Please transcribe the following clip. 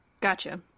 Gotcha